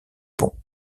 pont